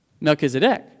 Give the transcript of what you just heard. Melchizedek